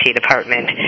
department